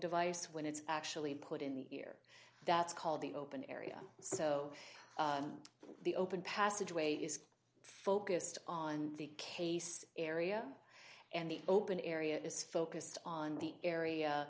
device when it's actually put in the ear that's called the open area so the open passageway is focused on the case area and the open area is focused on the area